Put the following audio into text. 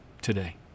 today